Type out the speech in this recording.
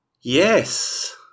yes